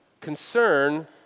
concern